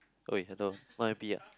!oi! hello not happy ah